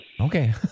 Okay